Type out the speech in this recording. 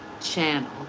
channel